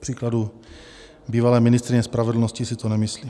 Kupříkladu bývalé ministryně spravedlnosti si to nemyslí.